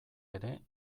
ere